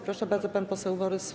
Proszę bardzo, pan poseł Borys.